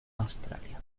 australia